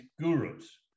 gurus